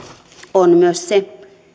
on myös se